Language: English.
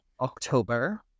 October